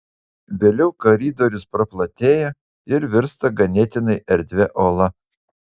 vėliau koridorius praplatėja ir virsta ganėtinai erdvia ola